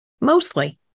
mostly